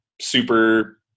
super